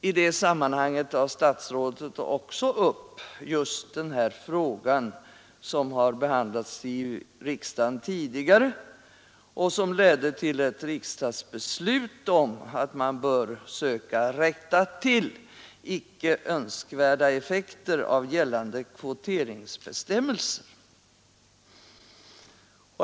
I det sammanhanget tar statsrådet också upp just den fråga som behandlats i riksdagen tidigare och som ledde till ett riksdagsbeslut om att man bör söka rätta till icke önskvärda effekter av gällande kvoteringsbestämmelser.